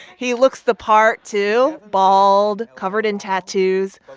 he looks the part, too bald, covered in tattoos.